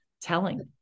telling